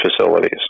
facilities